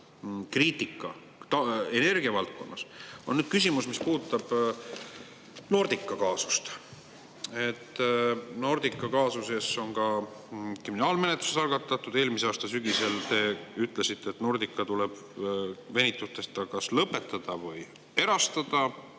kriitika energiavaldkonna kohta, nüüd küsimus, mis puudutab Nordica kaasust. Nordica kaasuses on ka kriminaalmenetlus algatatud. Eelmise aasta sügisel te ütlesite, et Nordica [töö] tuleb venitusteta kas lõpetada või [ettevõte]